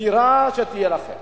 לדירה שתהיה לכם.